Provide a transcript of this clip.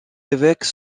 évêques